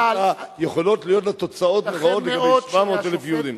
יכולות להיות להם תוצאות נוראות לגבי 700,000 יהודים.